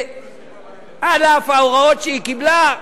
שעל אף ההוראות שהיא קיבלה,